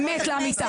אמת לאמיתה.